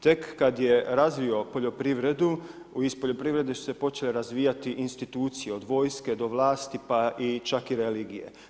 Tek kad je razvio poljoprivredu, iz poljoprivrede su se počele razvijati institucije, od vojske do vlasti pa i čak i religije.